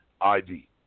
ID